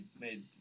made